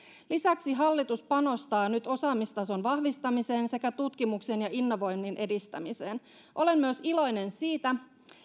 lisäksi hallitus panostaa nyt osaamistason vahvistamiseen sekä tutkimuksen ja innovoinnin edistämiseen olen iloinen myös siitä